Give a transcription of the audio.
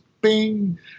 bing